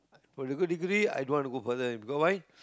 if you got degree i don't want to go further because why